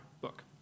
book